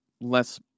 less